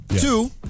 Two